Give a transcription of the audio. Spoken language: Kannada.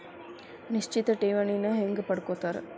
ನಿಶ್ಚಿತ್ ಠೇವಣಿನ ಹೆಂಗ ಪಡ್ಕೋತಾರ